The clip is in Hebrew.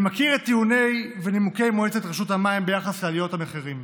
אני מכיר את הטיעונים ואת נימוקי מועצת רשות המים ביחס לעליות המחירים.